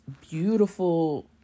beautiful